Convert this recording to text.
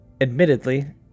admittedly